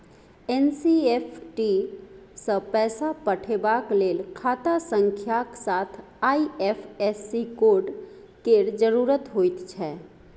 NEFT सँ पैसा पठेबाक लेल खाता संख्याक साथ आई.एफ.एस.सी कोड केर जरुरत होइत छै